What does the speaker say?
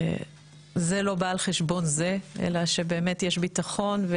זה לא בא על חשבון זה אלא שבאמת יש ביטחון.